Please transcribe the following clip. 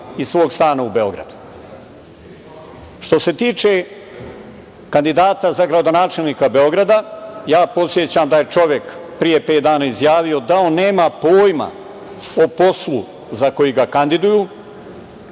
iz svog stana u Beogradu. Što se tiče kandidata za gradonačelnika Beograda, ja podsećam da je čovek pre pet dana izjavio da on nema pojma o poslu za koji ga kandiduju,